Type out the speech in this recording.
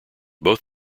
both